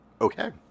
okay